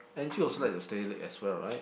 Angie also like to stay late as well right